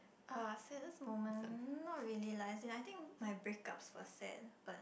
uh saddest moment not really lah as in I think my breakups were sad